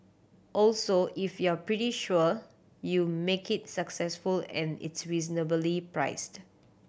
also if you're pretty sure you make it successful and it's reasonably priced